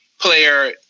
player